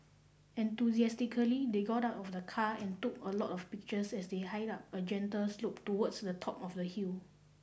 enthusiastically they got out of the car and took a lot of pictures as they hiked up a gentle slope towards the top of the hill